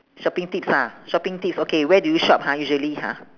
shopping tips ah shopping tips okay where do you shop ha usually ha